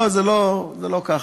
לא, זה לא, זה לא ככה.